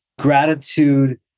gratitude